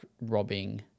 robbing